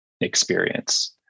experience